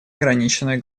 ограниченное